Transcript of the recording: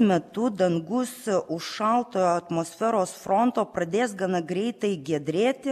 metu dangus už šalto atmosferos fronto pradės gana greitai giedrėti